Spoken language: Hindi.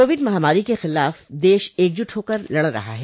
कोविड महामारी के खिलाफ देश एकजुट होकर लड़ रहा है